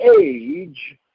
age